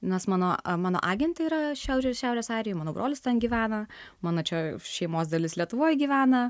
nes mano mano agentai yra šiaurės šiaurės airijoj mano brolis ten gyvena mano čia šeimos dalis lietuvoj gyvena